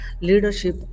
leadership